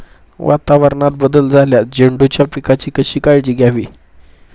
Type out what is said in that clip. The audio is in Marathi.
वातावरणात बदल झाल्यास झेंडूच्या पिकाची कशी काळजी घ्यावी?